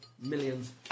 millions